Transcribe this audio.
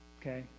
okay